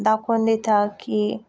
दाखोवन दिता की